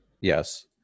Yes